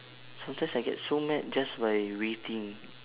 sometimes I get so mad just by waiting